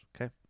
okay